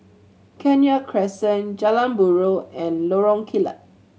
Kenya Crescent Jalan Buroh and Lorong Kilat